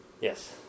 Yes